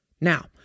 Now